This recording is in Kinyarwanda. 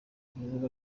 kurubuga